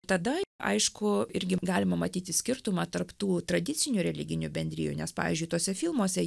tada aišku irgi galima matyti skirtumą tarp tų tradicinių religinių bendrijų nes pavyzdžiui tuose filmuose